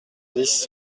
dix